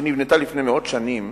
שנבנתה לפני מאות שנים,